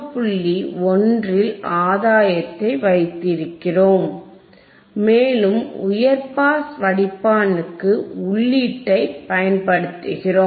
1 இல் ஆதாயத்தை வைத்திருக்கிறோம் மேலும் உயர் பாஸ் வடிப்பானுக்கு உள்ளீட்டைப் பயன்படுத்துகிறோம்